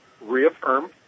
reaffirmed